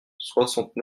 soixante